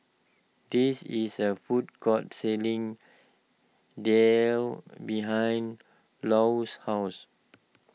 this is a food court selling Daal behind Lou's house